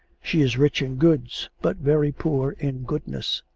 she is rich in goods but very poor in goodness.